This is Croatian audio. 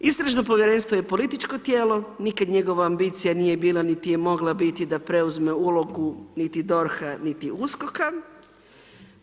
Istražno povjerenstvo je političko tijelo, nikad njegova ambicija nije mogla niti je mogla biti da preuzme ulogu niti DORH-a niti USKOK-a.